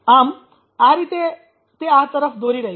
આમ આ રીતે તે આ તરફ દોરી રહ્યું છે